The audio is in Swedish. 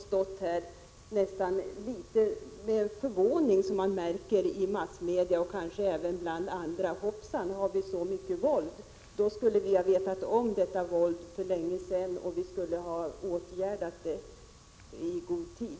Då skulle vi inte ha mötts av den förvåning som man kan märka i massmedia och kanske även på annat håll — hoppsan, har vi så mycket av våld! Då skulle vi ha vetat om detta våld för länge sedan och vidtagit åtgärder mot det i god tid.